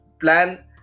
plan